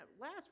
last